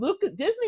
Disney